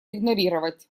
игнорировать